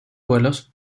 vuelos